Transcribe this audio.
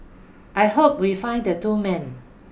I hope we find the two men